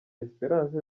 esperance